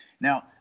Now